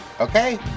Okay